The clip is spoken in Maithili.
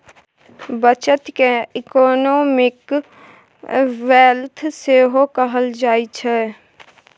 बचत केँ इकोनॉमिक वेल्थ सेहो कहल जाइ छै